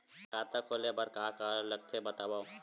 खाता खोले बार का का लगथे बतावव?